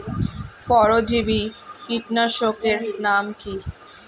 পরজীবী কীটনাশকের নাম কি?